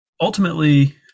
ultimately